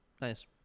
Nice